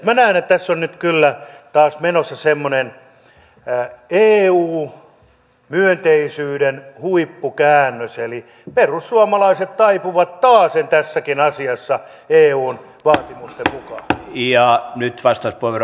minä näen että tässä on nyt kyllä taas menossa semmoinen eu myönteisyyden huippukäännös eli perussuomalaiset taipuvat taasen tässäkin asiassa eun vaatimusten mukaan